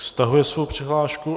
Stahuje svou přihlášku.